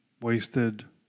wasted